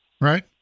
Right